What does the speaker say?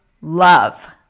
love